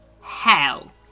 hell